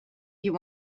you